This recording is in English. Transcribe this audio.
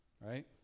right